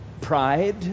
pride